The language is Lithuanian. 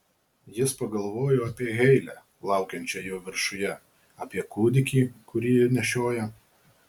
jis pagalvojo apie heilę laukiančią jo viršuje apie kūdikį kurį ji nešioja